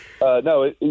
No